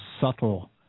subtle